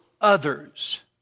others